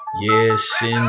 Yes